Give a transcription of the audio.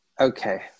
Okay